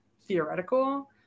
theoretical